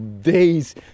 days